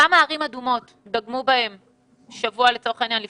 בכמה ערים אדומות דגמו לצורך העניין שבוע